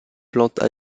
plantes